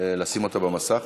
לשים אותה במסך?